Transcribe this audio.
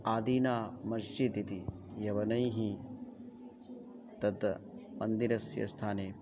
आदीना मश्जित् इति यवनैः तत् मन्दिरस्य स्थाने